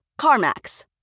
Carmax